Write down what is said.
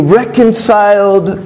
reconciled